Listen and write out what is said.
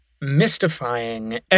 mystifying